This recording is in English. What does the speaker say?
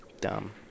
Dumb